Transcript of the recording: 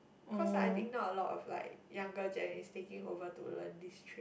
cause I think not a lot of like younger gen is taking over to learn this trade